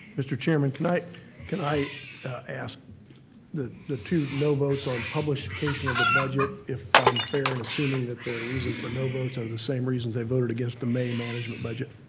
mr. chairman, like can i ask that the two no votes on publication of the budget, if i'm fair in assuming that their reason for no votes are the same reason they voted against the may management budget?